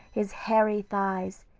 his hairy thighs,